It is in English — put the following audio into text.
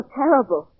terrible